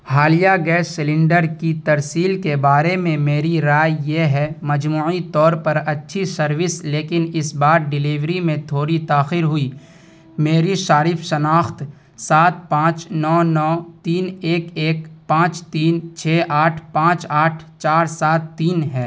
حالیہ gas cylinder کی ترسیل کے بارے میں میری رائے یہ ہے مجموعی طور پر اچھی سروس لیکن اس بار ڈیلیوری میں تھوڑی تاخیر ہوئی میری صارف شناخت سات پانچ نو نو تین ایک ایک پانچ تین چھ آٹھ پانچ آٹھ چار سات تین ہے